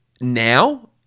now